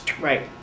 Right